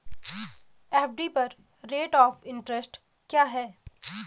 FD पर rate of interest क्या है?